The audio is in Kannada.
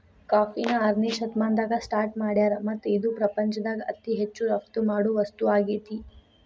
ಕಾಫಿನ ಆರನೇ ಶತಮಾನದಾಗ ಸ್ಟಾರ್ಟ್ ಮಾಡ್ಯಾರ್ ಮತ್ತ ಇದು ಪ್ರಪಂಚದಾಗ ಅತಿ ಹೆಚ್ಚು ರಫ್ತು ಮಾಡೋ ವಸ್ತು ಆಗೇತಿ